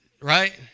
Right